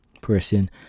person